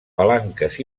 palanques